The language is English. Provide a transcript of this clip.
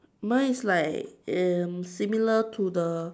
mine is like um similar to the